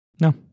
No